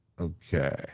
Okay